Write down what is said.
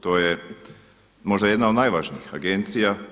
To je možda jedna od najvažnijih agencija.